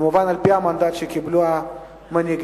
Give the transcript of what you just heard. כמובן על-פי המנדט שקיבלו מנהיגיהם,